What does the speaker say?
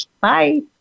Bye